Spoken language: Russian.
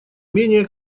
менее